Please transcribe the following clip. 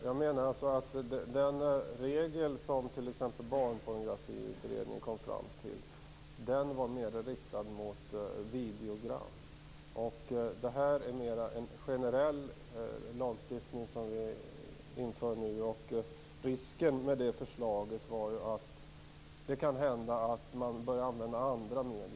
Fru talman! Jag menar att den regel som Barnpornografiutredningen kom fram till var mer riktad mot videogram. Det är en mer generell lagstiftning som skall införas. Risken med förslaget är att andra medier används i stället.